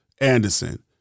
Anderson